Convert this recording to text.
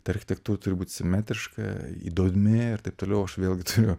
ta architektūra turi būt simetriška įdomi taip toliau aš vėlgi turiu